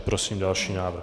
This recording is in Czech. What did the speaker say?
Prosím další návrh.